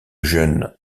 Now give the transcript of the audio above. jeune